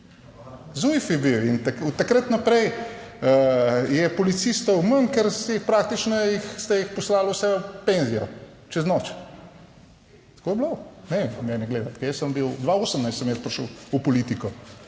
ZUJF je bil in od takrat naprej je policistov manj, ker jih praktično, ste jih poslali vse v penzijo čez noč. Tako je bilo. Ne mene gledati, ker jaz sem bil, 2018 sem jaz prišel v politiko,